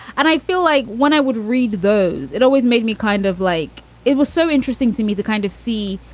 and i feel like when i would read those, it always made me kind of like it was so interesting to me to kind of see,